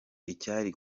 icyari